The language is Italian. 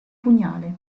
pugnale